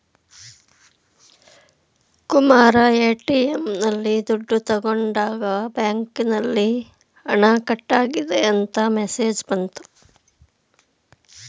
Kumara ATM ನಲ್ಲಿ ದುಡ್ಡು ತಗೊಂಡಾಗ ಬ್ಯಾಂಕಿನಲ್ಲಿ ಹಣ ಕಟ್ಟಾಗಿದೆ ಅಂತ ಮೆಸೇಜ್ ಬಂತು